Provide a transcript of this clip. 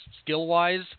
skill-wise